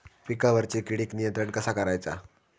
पिकावरची किडीक नियंत्रण कसा करायचा?